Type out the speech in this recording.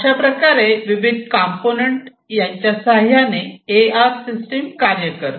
अशाप्रकारे विविध कंपोनेंट यांच्या साह्याने ए आर सिस्टम कार्य करते